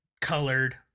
colored